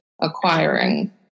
acquiring